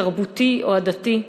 תרבותי או עדתי,